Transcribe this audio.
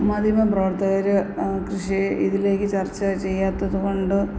മാധ്യമ പ്രവർത്തകര് കൃഷി ഇതിലേക്ക് ചർച്ച ചെയ്യാത്തത് കൊണ്ട്